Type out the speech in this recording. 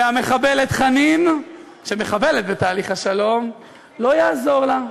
והמחבלת חנין שמחבלת בתהליך השלום, לא יעזור לה.